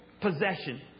possession